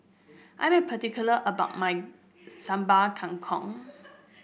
I am particular about my Sambal Kangkong